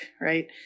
right